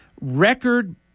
record